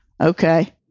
Okay